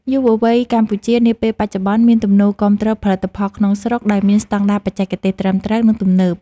យុវវ័យកម្ពុជានាពេលបច្ចុប្បន្នមានទំនោរគាំទ្រផលិតផលក្នុងស្រុកដែលមានស្តង់ដារបច្ចេកទេសត្រឹមត្រូវ និងទំនើប។